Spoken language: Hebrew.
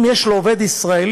אם יש לו עובד ישראלי,